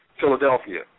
Philadelphia